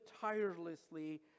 tirelessly